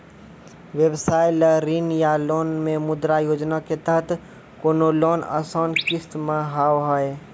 व्यवसाय ला ऋण या लोन मे मुद्रा योजना के तहत कोनो लोन आसान किस्त मे हाव हाय?